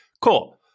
Cool